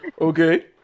Okay